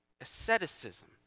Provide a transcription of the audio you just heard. asceticism